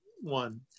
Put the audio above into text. one